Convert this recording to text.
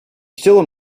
still